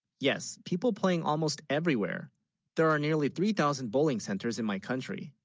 yes people playing almost everywhere there are nearly three thousand bowling centers in my country